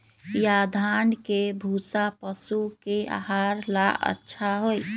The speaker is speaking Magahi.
या धान के भूसा पशु के आहार ला अच्छा होई?